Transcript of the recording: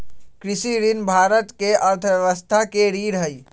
कृषि ऋण भारत के अर्थव्यवस्था के रीढ़ हई